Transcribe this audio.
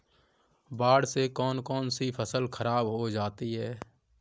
बाढ़ से कौन कौन सी फसल खराब हो जाती है?